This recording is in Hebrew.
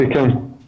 הדיון